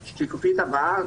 הבאה.